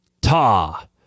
Ta